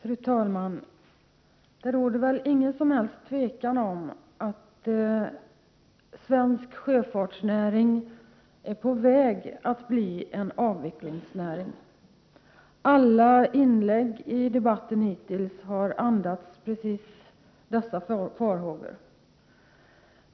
Fru talman! Det råder väl inget som helst tvivel om att svensk sjöfartsnäring är på väg att blir en avvecklingsnäring. Alla inlägg i dagens debatt hittills har andats precis dessa farhågor.